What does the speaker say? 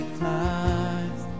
times